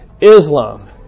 Islam